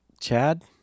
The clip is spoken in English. Chad